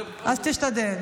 אז תשתדל.